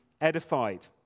edified